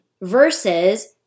versus